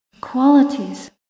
Qualities